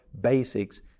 Basics